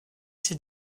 ses